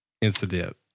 incident